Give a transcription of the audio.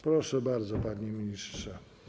Proszę bardzo, panie ministrze.